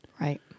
Right